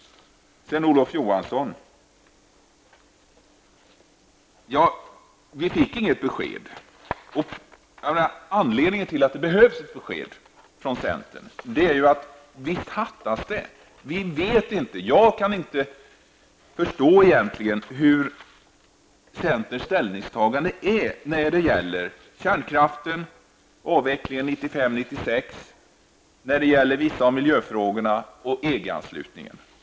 Olof Johansson -- vi fick inget besked. Anledningen till att det behövs ett besked av centern är att det hattas så mycket i denna fråga. Jag kan inte förstå vilken inställning centern har till kärnkraftsavvecklingen 1995/96, vissa av miljöfrågorna och EG-anslutningen.